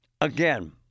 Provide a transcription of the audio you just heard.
Again